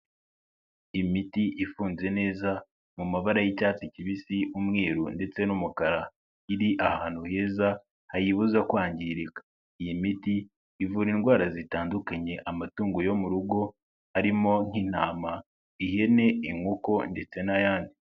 Imiti ifunze neza mu mabara y'icyatsi kibisi, umweru ndetse n'umukara. Iri ahantu heza hayibuza kwangirika. Iyi miti ivura indwara zitandukanye, amatungo yo mu rugo arimo nk'intama, ihene, inkoko ndetse n'ayandi.